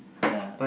ya